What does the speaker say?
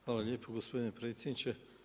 Hvala lijepo gospodine predsjedniče.